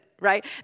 Right